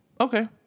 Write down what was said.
Okay